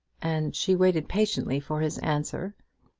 and she waited patiently for his answer.